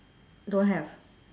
don't have